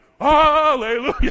hallelujah